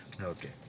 Okay